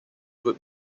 would